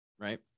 Right